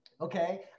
Okay